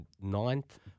ninth